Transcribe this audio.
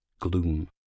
Gloom